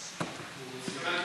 סליחה?